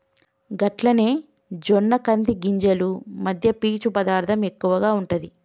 గట్లనే జొన్న కంది గింజలు మధ్య పీచు పదార్థం ఎక్కువగా ఉంటుంది